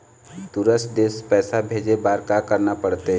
दुसर देश पैसा भेजे बार का करना पड़ते?